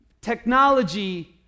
Technology